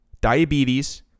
diabetes